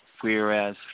Whereas